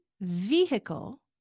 vehicle